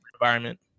environment